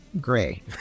gray